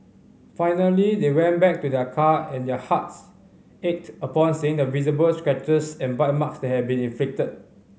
finally they went back to their car and their hearts ached upon seeing the visible scratches and bite marks that had been inflicted